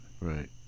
right